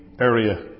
area